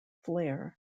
flair